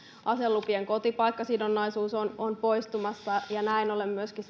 aselupien kotipaikkasidonnaisuus on on poistumassa ja näin ollen myöskin